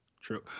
True